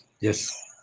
Yes